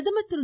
பிரதமர் திரு